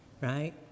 Right